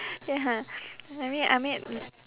ya I mean I mean